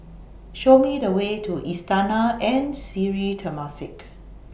Show Me The Way to Istana and Sri Temasek